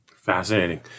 Fascinating